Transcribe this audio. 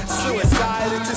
suicide